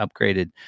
upgraded